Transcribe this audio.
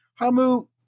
Hamu